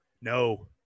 No